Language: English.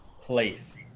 place